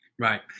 Right